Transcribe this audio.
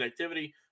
connectivity